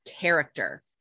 character